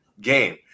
game